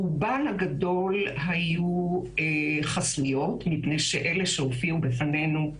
רובן הגדול היו חסויות, מפני שאלה שהופיעו בפנינו,